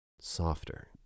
Softer